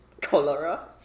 Cholera